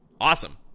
awesome